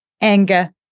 anger